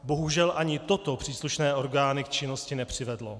Bohužel ani toto příslušné orgány k činnosti nepřivedlo.